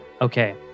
Okay